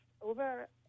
over